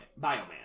Bioman